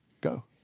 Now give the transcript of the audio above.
Go